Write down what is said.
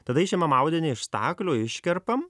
tada išimam audinį iš staklių iškerpam